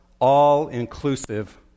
all-inclusive